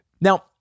Now